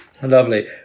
Lovely